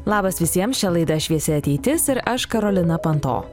labas visiems čia laida šviesi ateitis ir aš karolina panto